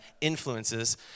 influences